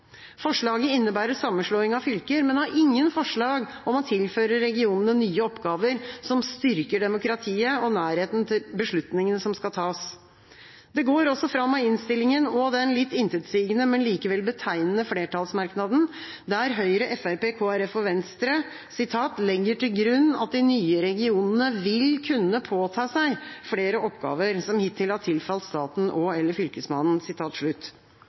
Forslaget innebærer sammenslåing av fylker, men har ingen forslag om å tilføre regionene nye oppgaver som styrker demokratiet og nærhet til beslutningene som skal tas. Det går også fram av innstillinga og den litt intetsigende, men likevel betegnende, flertallsmerknaden, der Høyre, Fremskrittspartiet, Kristelig Folkeparti og Venstre «legger til grunn at de nye regionene vil kunne påta seg flere oppgaver som hittil har tilfalt staten og/eller Fylkesmannen».